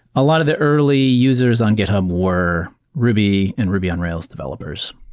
a lot of the early users on github um were ruby and ruby on rails developers.